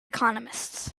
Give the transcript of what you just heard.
economists